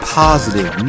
positive